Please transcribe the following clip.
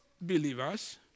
believers